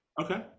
Okay